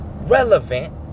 Relevant